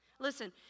Listen